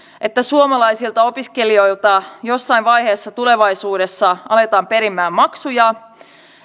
että suomalaisilta opiskelijoilta jossain vaiheessa tulevaisuudessa aletaan perimään maksuja